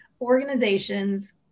organizations